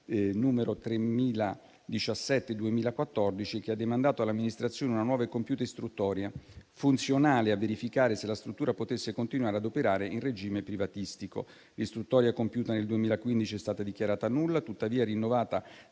n. 3017 del 2014, che ha demandato all'amministrazione una nuova e compiuta istruttoria funzionale a verificare se la struttura potesse continuare ad operare in regime privatistico. L'istruttoria compiuta nel 2015 è stata dichiarata nulla, tuttavia, rinnovata